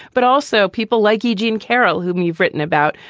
but also people like eugene carroll, whom you've written about,